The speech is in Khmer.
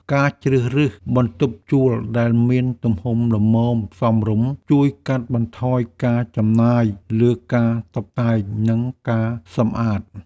ការជ្រើសរើសបន្ទប់ជួលដែលមានទំហំល្មមសមរម្យ ជួយកាត់បន្ថយការចំណាយលើការតុបតែង និងការសម្អាត។